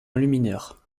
enlumineur